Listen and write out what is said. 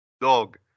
Dog